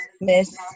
Miss